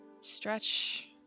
Stretch